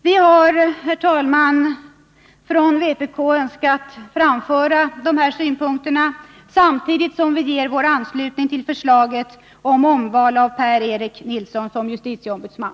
Vi har, herr talman, från vpk önskat framföra dessa synpunkter, samtidigt som vi ger vår anslutning till förslaget om omval av Per-Erik Nilsson till justitieombudsman.